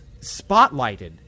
spotlighted